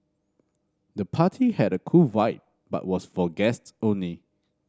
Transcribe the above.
the party had a cool vibe but was for guests only